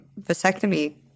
vasectomy